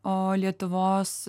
o lietuvos